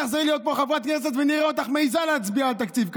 תחזרי להיות פה חברת כנסת ונראה אותך מעיזה להצביע על תקציב כזה.